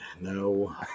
No